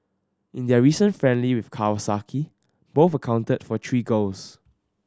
in their recent friendly with Kawasaki both accounted for three goals